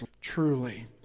truly